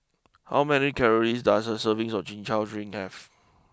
how many calories does a serving of Chin Chow drink have